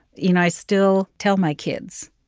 you know, i still tell my kids,